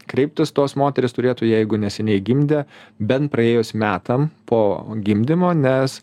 kreiptis tos moterys turėtų jeigu neseniai gimdė bent praėjus metam po gimdymo nes